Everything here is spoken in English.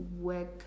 work